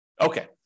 Okay